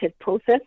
process